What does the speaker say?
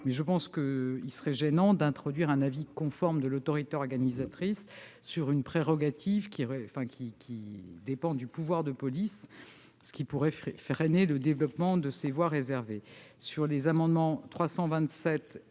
Mais je pense qu'il serait gênant d'introduire un avis conforme de l'autorité organisatrice sur une prérogative qui dépend du pouvoir de police, ce qui pourrait freiner le développement de ces voies réservées.